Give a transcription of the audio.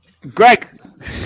Greg